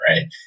right